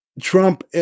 Trump